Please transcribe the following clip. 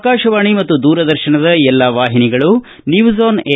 ಆಕಾಶವಾಣಿ ಮತ್ತು ದೂರದರ್ಶನದ ಎಲ್ಲಾ ವಾಹಿನಿಗಳು ನ್ಯೂಸ್ ಆನ್ ಎ